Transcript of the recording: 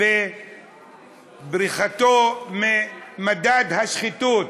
ובבריחתו ממדד השחיתות,